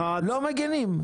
לא מגנים.